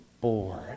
bored